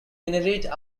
inherit